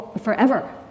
Forever